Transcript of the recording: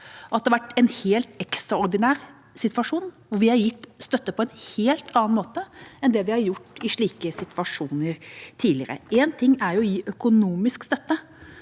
det har vært en helt ekstraordinær situasjon, og vi har gitt støtte på en helt annen måte enn det vi har gjort i slike situasjoner tidligere. Én ting er å gi økonomisk støtte.